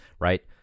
right